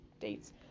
dates